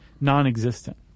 non-existent